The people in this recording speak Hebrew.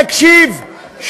תקשיב,